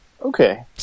Okay